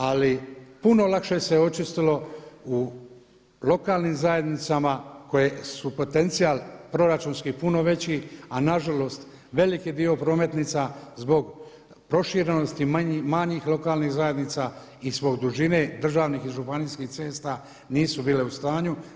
Ali puno lakše se očistilo u lokalnim zajednicama koje su potencijal proračunski puno veći a nažalost veliki dio prometnica zbog proširenosti manjih lokalnih zajednica i zbog dužine državnih i županijskih cesta nisu bile u stanju.